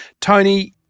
Tony